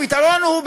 הפתרון הוא,